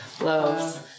loaves